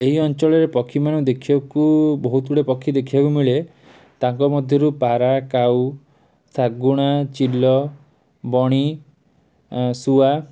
ଏହି ଅଞ୍ଚଳରେ ପକ୍ଷୀମାନେ ଦେଖିବାକୁ ବହୁତ ଗୁଡ଼ିଏ ପକ୍ଷୀ ଦେଖିବାକୁ ମିଳେ ତାଙ୍କ ମଧ୍ୟରୁ ପାରା କାଉ ଶାଗୁଣା ଚିଲ ବଣି ଶୁଆ